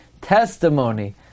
testimony